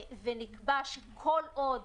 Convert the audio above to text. ונקבע שכל עוד